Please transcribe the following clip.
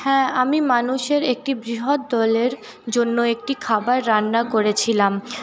হ্যাঁ আমি মানুষের একটি বৃহৎ দলের জন্য একটি খাবার রান্না করেছিলাম